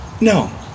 No